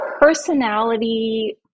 personality